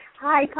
Hi